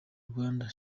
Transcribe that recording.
rwanda